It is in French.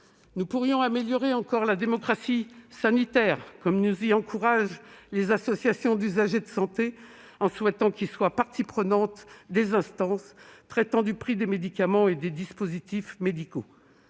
Nous pourrions améliorer encore la démocratie sanitaire, comme nous y encouragent les associations d'usagers du système de santé, qui demandent à être partie prenante des instances traitant du prix des médicaments et des dispositifs médicaux.